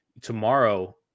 tomorrow